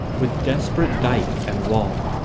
with desperate dyke and wall,